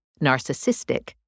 narcissistic